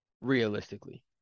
realistically